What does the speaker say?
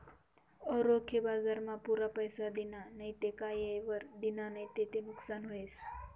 रोखे बजारमा पुरा पैसा दिना नैत का येयवर दिना नैत ते नुकसान व्हस